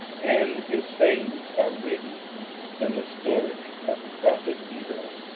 and his sayings, are written in the story of the prophet iddo.